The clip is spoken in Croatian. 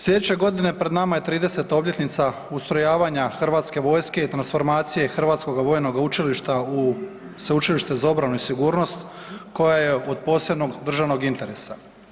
Sljedeće godine pred nama je 30. obljetnica ustrojavanja HV-a i transformacije Hrvatskoga vojnoga učilište u Sveučilište za obranu i sigurnost koja je od posebnog državnog interesa.